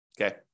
Okay